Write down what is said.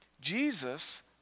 Jesus